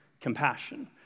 compassion